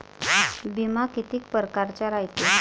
बिमा कितीक परकारचा रायते?